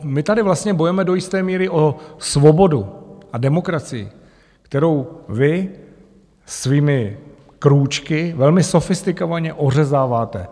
My tady vlastně bojujeme do jisté míry o svobodu a demokracii, kterou vy svými krůčky velmi sofistikovaně ořezáváte.